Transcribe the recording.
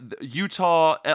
Utah